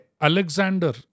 Alexander